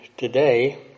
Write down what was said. today